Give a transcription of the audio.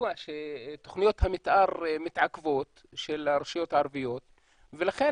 וידוע שתוכניות המתאר של הרשויות הערביות מתעכב ולכן